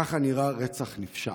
ככה נראה רצח נפשע.